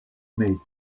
made